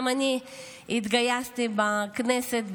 גם אני התגייסתי בכנסת,